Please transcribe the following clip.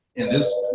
and this,